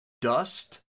Dust